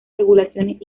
regulaciones